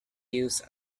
used